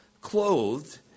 clothed